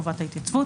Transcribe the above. חובת התייצבות),